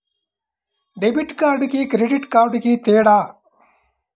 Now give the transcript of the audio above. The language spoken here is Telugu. డెబిట్ కార్డుకి క్రెడిట్ కార్డుకి తేడా?